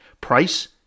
Price